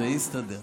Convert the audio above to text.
זה יסתדר.